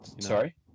Sorry